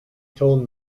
told